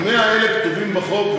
ה-100 האלה כתובים בחוק,